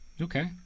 okay